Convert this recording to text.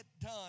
done